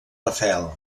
rafel